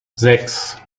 sechs